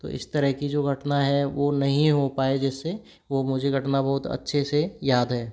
तो इस तरह की जो घटना है वह नहीं हो पाए जिससे वह मुझे घटना बहुत अच्छे से याद है